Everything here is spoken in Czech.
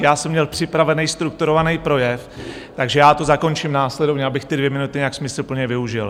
Já jsem měl připravený strukturovaný projev, takže to zakončím následovně, abych ty dvě minuty nějak smysluplně využil.